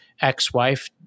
ex-wife